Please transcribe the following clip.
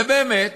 ובאמת,